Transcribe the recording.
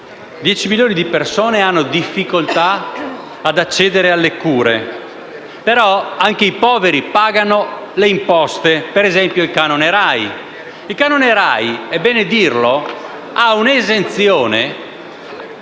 milioni di persone hanno difficoltà ad accedere alle cure, però anche i poveri pagano le imposte, per esempio il canone RAI per cui è prevista, è bene dirlo, un'esenzione